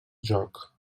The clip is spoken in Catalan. joc